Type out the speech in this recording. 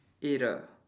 eight ah